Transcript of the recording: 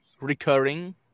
recurring